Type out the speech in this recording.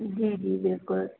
जी जी बिल्कुल